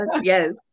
yes